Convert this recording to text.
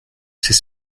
c’est